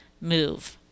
move